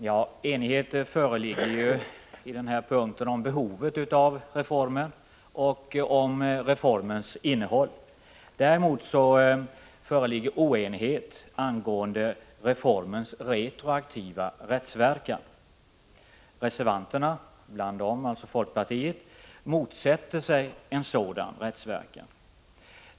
Herr talman! Enighet föreligger på denna punkt om behovet av reformen och om reformens innehåll. Däremot råder oenighet angående reformens retroaktiva rättsverkan. Reservanterna — bland dem vi folkpartister — motsätter sig en sådan rättsverkan.